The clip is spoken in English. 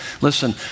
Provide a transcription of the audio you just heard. Listen